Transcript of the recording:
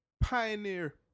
pioneer